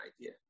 idea